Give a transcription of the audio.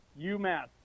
UMass